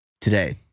today